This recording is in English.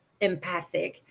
empathic